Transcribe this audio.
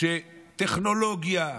כשטכנולוגיה,